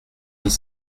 dix